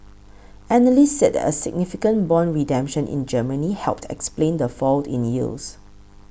analysts said a significant bond redemption in Germany helped explain the fall in yields